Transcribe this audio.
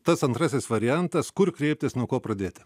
tas antrasis variantas kur kreiptis nuo ko pradėti